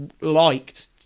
liked